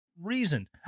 reason